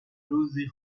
روزی